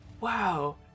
Wow